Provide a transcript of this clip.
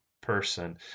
person